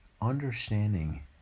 understanding